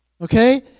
Okay